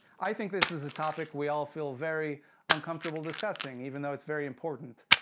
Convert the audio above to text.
i think this is a topic we all feel very uncomfortable discussing, even though it's very important.